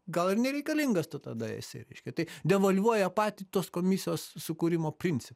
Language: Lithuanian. gal ir nereikalingas tu tada esi reiškia tai devalvuoja patį tos komisijos sukūrimo princ